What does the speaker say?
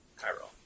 Cairo